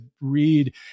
read